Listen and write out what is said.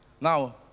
Now